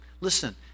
Listen